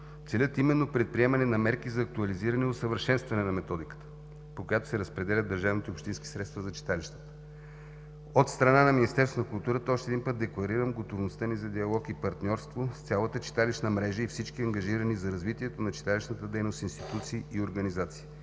целят именно предприемане на мерки за актуализиране и усъвършенстване на методиката, по която се разпределят държавните и общински средства за читалищата. От страна на Министерство на културата още един път декларирам готовността ни за диалог и партньорство с цялата читалищна мрежа и всички ангажирани за развитието на читалищната дейност институции и организации.